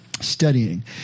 studying